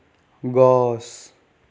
গছ